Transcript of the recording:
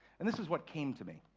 and this is what came to me.